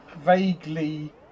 Vaguely